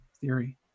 theory